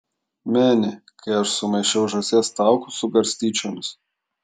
meni kai aš sumaišiau žąsies taukus su garstyčiomis